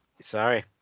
Sorry